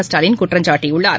ஸ்டாலின் குற்றம் சாட்டியுள்ளார்